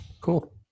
Cool